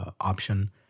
option